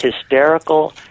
hysterical